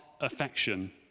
affection